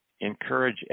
encourage